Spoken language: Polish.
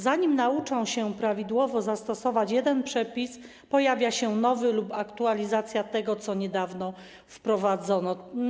Zanim nauczą się prawidłowo zastosować jeden przepis, pojawia się nowy lub aktualizacja tego, co niedawno wprowadzono.